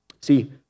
See